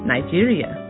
Nigeria